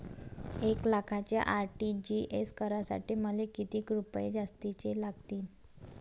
एक लाखाचे आर.टी.जी.एस करासाठी मले कितीक रुपये जास्तीचे लागतीनं?